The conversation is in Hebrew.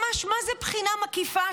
ממש, מה זה בחינה מקיפה?